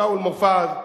שאול מופז,